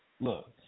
look